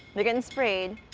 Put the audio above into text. they're getting sprayed,